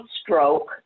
stroke